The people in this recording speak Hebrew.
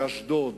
לאשדוד,